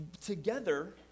together